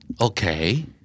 Okay